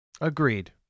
Agreed